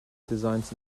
designs